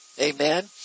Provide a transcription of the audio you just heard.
Amen